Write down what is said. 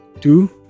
Two